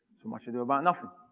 much ado about nothing.